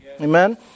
Amen